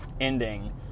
ending